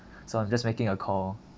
so I'm just making a call